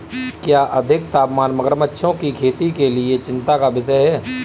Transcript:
क्या अधिक तापमान मगरमच्छों की खेती के लिए चिंता का विषय है?